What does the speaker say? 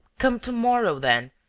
come to-morrow, then.